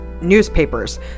newspapers